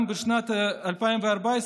גם בשנת 2014,